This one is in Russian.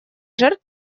жертв